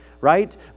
right